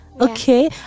Okay